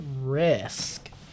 risk